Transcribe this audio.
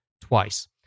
twice